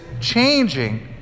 changing